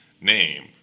name